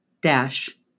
dash